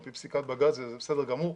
כי פסיקת בג"צ וזה בסדר גמור,